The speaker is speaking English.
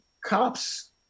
cops